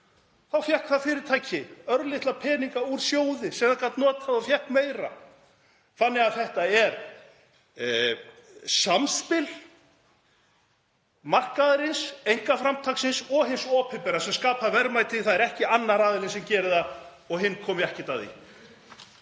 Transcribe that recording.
þá fékk það fyrirtæki örlitla peninga úr sjóði sem það gat notað og fékk meira, þannig að þetta er samspil markaðarins, einkaframtaksins og hins opinbera sem skapar verðmæti. Það er ekki þannig að annar aðilinn geri það og hinn komi ekkert að því.